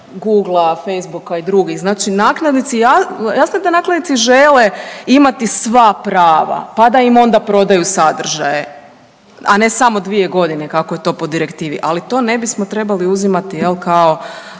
Googlea, Facebooka i drugih znači nakladnici jasno da nakladnici žele imati sva prava pa da im onda prodaju sadržaje, a ne samo 2 godine kako je to po direktivi. Ali to ne bismo trebali uzimati kao